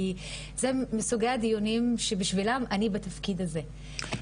כי זה מסוג הדיונים שבשבילם אני בתפקיד הזה.